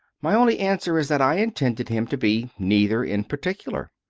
my only answer is that i intended him to be neither in particular.